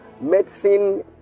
medicine